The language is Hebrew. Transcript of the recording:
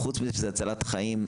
חוץ מזה שזה הצלת חיים,